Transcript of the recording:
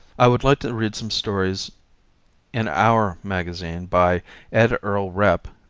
i would like to read some stories in our magazine by ed earl repp,